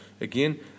Again